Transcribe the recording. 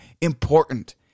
important